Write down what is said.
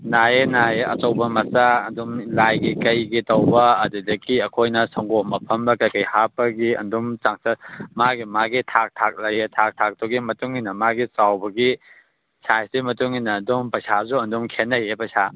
ꯅꯥꯏꯌꯦ ꯅꯥꯏꯌꯦ ꯑꯆꯧꯕ ꯃꯆꯥ ꯑꯗꯨꯝ ꯂꯥꯏꯒꯤ ꯀꯩꯒꯤ ꯇꯧꯕ ꯑꯗꯨꯗꯒꯤ ꯑꯩꯈꯣꯏꯅ ꯁꯪꯒꯣꯝ ꯑꯐꯝꯗ ꯀꯩꯀꯩ ꯍꯥꯞꯄꯒꯤ ꯑꯗꯨꯝ ꯆꯥꯡꯆꯠ ꯃꯥꯒꯤ ꯃꯥꯒꯤ ꯊꯥꯛ ꯊꯥꯛ ꯂꯩꯌꯦ ꯊꯥꯛ ꯊꯥꯛꯇꯨꯒꯤ ꯃꯇꯨꯡꯏꯟꯅ ꯃꯥꯒꯤ ꯆꯥꯎꯕꯒꯤ ꯁꯥꯏꯁꯇꯨꯏ ꯃꯇꯨꯡꯏꯟꯅ ꯑꯗꯨꯝ ꯄꯩꯁꯥꯁꯨ ꯑꯗꯨꯝ ꯈꯦꯠꯅꯩꯌꯦ ꯄꯩꯁꯥ